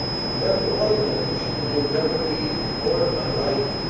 i never was in a christian endeavor meeting before in my life,